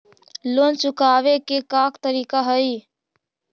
Loan चुकावे के का का तरीका हई?